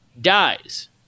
dies